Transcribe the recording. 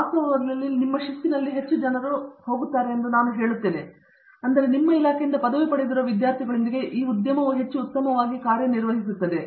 ವಾಸ್ತವವಾಗಿ ನಿಮ್ಮ ಶಿಸ್ತಿನಲ್ಲಿ ಹೆಚ್ಚು ಜನರು ಹೋಗುತ್ತಾರೆ ಎಂದು ನಾನು ಹೇಳುತ್ತಿದ್ದೇನೆ ಅಂದರೆ ನಿಮ್ಮ ಇಲಾಖೆಯಿಂದ ಪದವಿ ಪಡೆದಿರುವ ವಿದ್ಯಾರ್ಥಿಗಳೊಂದಿಗೆ ಈ ಉದ್ಯಮವು ಹೆಚ್ಚು ಉತ್ತಮವಾಗಿ ಕಾರ್ಯನಿರ್ವಹಿಸುತ್ತದೆ